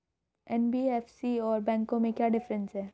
NBFC और बैंकों में क्या डिफरेंस है?